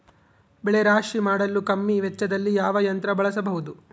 ಬೆಳೆ ರಾಶಿ ಮಾಡಲು ಕಮ್ಮಿ ವೆಚ್ಚದಲ್ಲಿ ಯಾವ ಯಂತ್ರ ಬಳಸಬಹುದು?